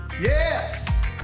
Yes